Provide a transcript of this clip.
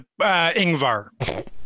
Ingvar